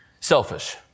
selfish